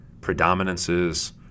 Predominances